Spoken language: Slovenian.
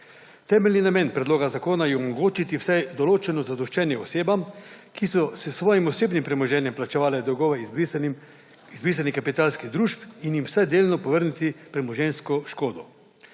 Temeljni namen predloga zakona je omogočiti vsaj določeno zadoščenje osebam, ki so s svojim osebnim premoženjem plačevale dolgove izbrisanih kapitalskih družb, in jim vsaj delno povrniti premoženjsko škodo.